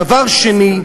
דבר שני,